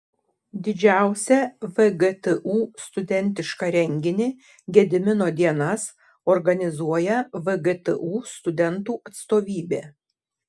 didžiausią vgtu studentišką renginį gedimino dienas organizuoja vgtu studentų atstovybė